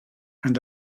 and